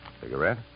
Cigarette